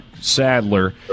Sadler